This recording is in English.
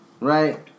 right